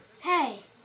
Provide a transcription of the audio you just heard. Hey